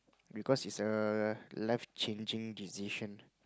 because is a life changing decision